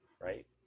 right